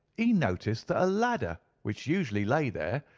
he noticed that a ladder, which usually lay there,